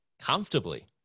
Comfortably